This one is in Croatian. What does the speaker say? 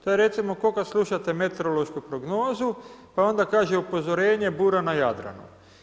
To je recimo kao kad slušate meteorološku prognozu, pa onda kaže upozorenje: bura na Jadranu.